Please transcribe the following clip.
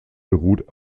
beruht